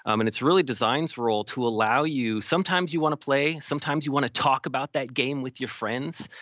um and it's really design's role to allow you, sometimes you want to play, sometimes you want to talk about that game with your friends.